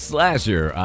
Slasher